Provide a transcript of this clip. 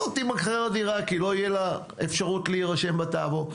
לא תימכר הדירה כי לא תהיה לה אפשרות להירשם בטאבו.